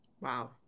Wow